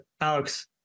Alex